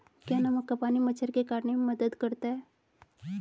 क्या नमक का पानी मच्छर के काटने में मदद करता है?